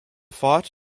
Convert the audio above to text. fought